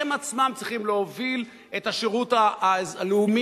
הם עצמם צריכים להוביל את השירות הלאומי,